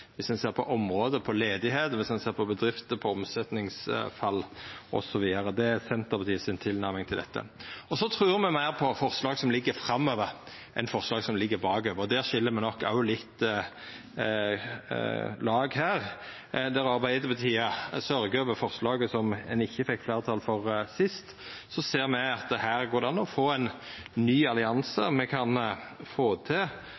viss ein ser på område, på ledigheit, og viss ein ser på bedrifter, på omsetningsfall, osv. Det er Senterpartiets tilnærming til dette. Me trur meir på forslag som ligg framover i tid enn på forslag som ligg bakover i tid, og der skil me nok òg litt lag her. Der Arbeidarpartiet sørgjer over forslaget som ein ikkje fekk fleirtal for sist, ser me at her går det an å få ein ny allianse, at me kan få til